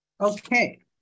Okay